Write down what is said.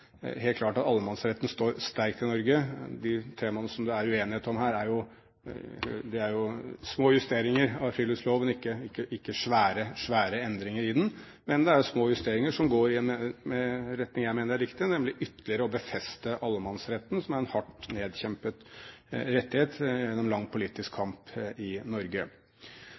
helt klart at allemannsretten står sterkt i Norge. De temaene som det er uenighet om her, er små justeringer av friluftsloven, og ikke svære endringer i den. Det er små justeringer som går i den retning jeg mener er riktig, nemlig ytterligere å befeste allemannsretten, som er en hardt tilkjempet rettighet gjennom lang politisk kamp i Norge.